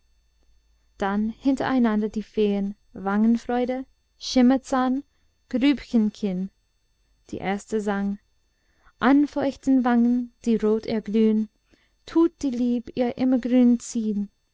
dann hintereinander die feen wangenfreude schimmerzahn grübchenkinn die erste sang anfeuchten wangen die rot erglühn tut die lieb ihr immergrün